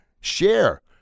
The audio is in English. share